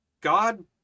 god